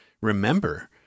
remember